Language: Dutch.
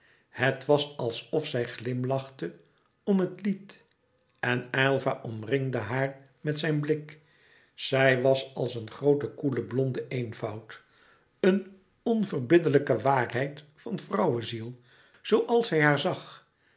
het was alsof zij glimlachte om het lied en aylva omringde haar met zijn blik zij was als een groote koele blonde eenvoud een onverbiddelijke waarheid van vrouweziel zooals hij haar zag